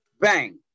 bang